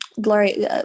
glory